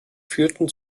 führten